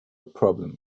problem